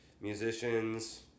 musicians